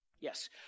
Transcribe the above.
Yes